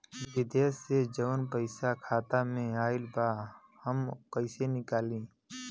विदेश से जवन पैसा खाता में आईल बा हम कईसे निकाली?